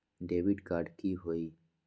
Debit card की होई?